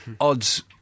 odds